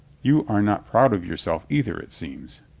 you are not proud of yourself, either, it seems.